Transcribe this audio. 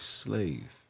slave